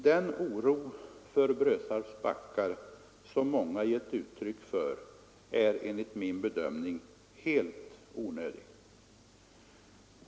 Den oro för Brösarps backar som många ger uttryck för är enligt min bedömning helt onödig.